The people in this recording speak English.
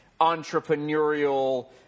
entrepreneurial